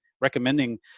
recommending